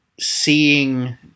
seeing